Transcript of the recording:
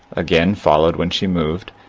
again followed when she moved,